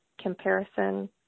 comparison